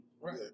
Right